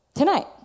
Tonight